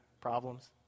problems